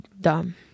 Dumb